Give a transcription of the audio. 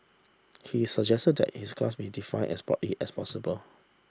he suggested that this class be define as broadly as possible